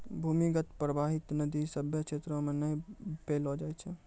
भूमीगत परबाहित नदी सभ्भे क्षेत्रो म नै पैलो जाय छै